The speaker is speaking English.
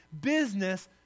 business